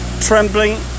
trembling